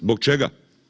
Zbog čega?